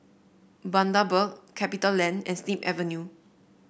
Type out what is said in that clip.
Bundaberg Capitaland and Snip Avenue